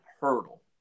hurdle